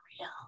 real